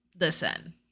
listen